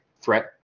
threat